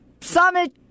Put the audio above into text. summit